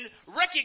recognize